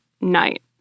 night